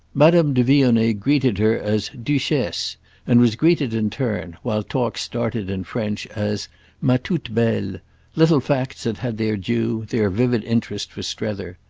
madame de vionnet greeted her as duchesse and was greeted in turn, while talk started in french, as ma toute-belle little facts that had their due, their vivid interest for strether.